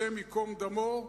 השם יקום דמו,